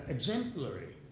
exemplary.